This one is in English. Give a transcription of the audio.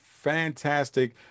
fantastic